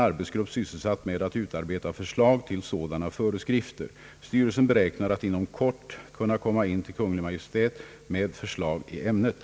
Det är vad jag har sagt, och jag tycker att fru Hamrin-Thorell på den punkten väl kan känna sig nöjd.